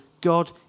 God